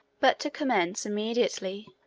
but to commence, immediately,